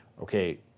okay